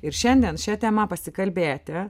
ir šiandien šia tema pasikalbėti